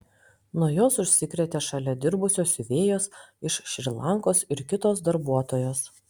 nuo jos užsikrėtė šalia dirbusios siuvėjos iš šri lankos ir kitos darbuotojos